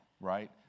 Right